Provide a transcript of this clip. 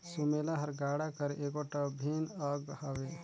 सुमेला हर गाड़ा कर एगोट अभिन अग हवे